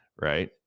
right